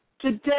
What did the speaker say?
today